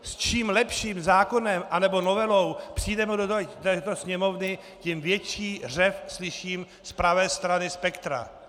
S čím lepším zákonem nebo novelou přijdeme do této Sněmovny, tím větší řev slyším z pravé strany spektra.